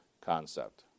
concept